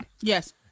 Yes